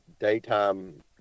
daytime